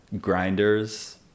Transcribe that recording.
grinders